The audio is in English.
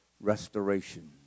restoration